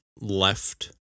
left